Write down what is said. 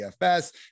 DFS